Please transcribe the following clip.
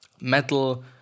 metal